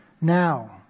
now